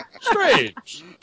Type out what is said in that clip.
Strange